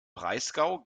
breisgau